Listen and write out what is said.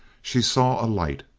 she saw a light.